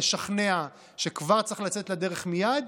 לשכנע שכבר צריך לצאת לדרך מייד,